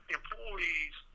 Employees